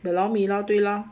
the lor mee lor 对了